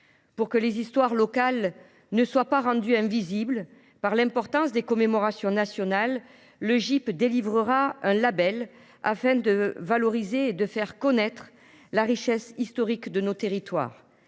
Pour que les histoires locales ne soient pas rendues invisibles par l’importance des commémorations nationales, le GIP délivrera un label, afin de valoriser et de faire connaître la richesse historique de nos territoires.